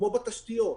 כמו בתשתיות,